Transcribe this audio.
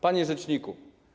Panie Rzeczniku!